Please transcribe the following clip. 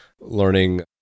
learning